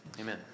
Amen